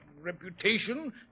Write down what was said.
reputation